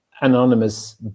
anonymous